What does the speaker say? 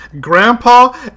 Grandpa